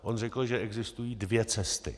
On řekl, že existují dvě cesty.